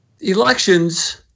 elections